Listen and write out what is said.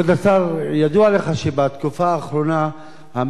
ידוע לך שבתקופה האחרונה המקרים האלה,